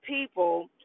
people